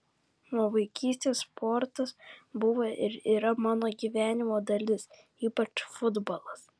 nuo vaikystės sportas buvo ir yra mano gyvenimo dalis ypač futbolas